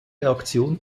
reaktion